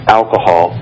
alcohol